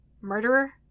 Murderer